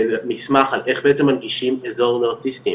מסמך על איך בעצם מנגישים אזור לאוטיסטים,